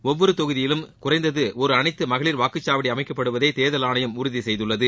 ஒவ்வொரு தொகுதியிலும் குறைந்தது ஒரு அளைத்து மகளிர் வாக்குச்சாவடி அமைக்கப்படுவதை தேர்தல் ஆணையம் உறுதி செய்துள்ளது